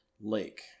lake